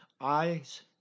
eyes